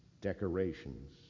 decorations